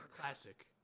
Classic